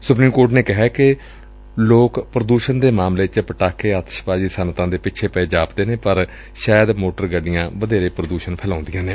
supreme court ਨੇ ਕਿਹੈ ਕਿ ਲੋਕ ਪ੍ਰਦੂਸ਼ਣ ਦੇ ਮਾਮਲੇ ਚ ਪਟਾਕੇ ਅਤਿਸ਼ਬਾਜ਼ੀ ਸਨੱਅਤਾਂ ਦੇ ਪਿੱਛੇ ਪਏ ਜਾਪਦੇ ਨੇ ਪਰ ਸ਼ਾਇਦ ਮੋਟਰ ਗੱਡੀਆਂ ਵਧੇਰੇ ਪ੍ਦੂਸ਼ਣ ਫੈਲਾਉਂਦੀਆਂ ਨੇ